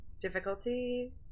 difficulty